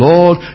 Lord